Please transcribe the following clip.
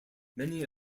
many